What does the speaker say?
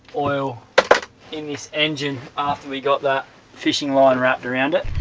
oil in this engine after we got that fishing line wrapped around it